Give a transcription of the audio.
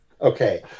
Okay